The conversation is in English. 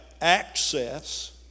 access